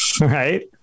right